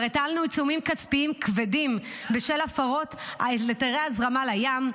כבר הטלנו עיצומים כספיים כבדים בשל הפרות על הזרמה לים: